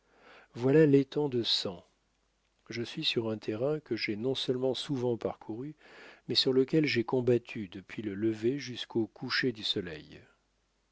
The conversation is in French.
voilà l'étang de sang je suis sur un terrain que j'ai non seulement souvent parcouru mais sur lequel j'ai combattu depuis le lever jusqu'au coucher du soleil